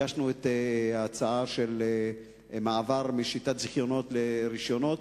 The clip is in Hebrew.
הגשנו את ההצעה של מעבר משיטת זיכיונות לרשיונות,